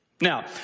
now